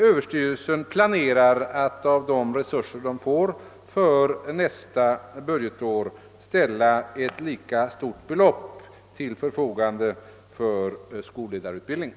Överstyrelsen planerar dessutom att av de resurser den får för nästa budgetår ställa ett lika stort belopp till förfogande för samma ändamål.